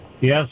Yes